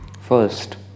First